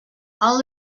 all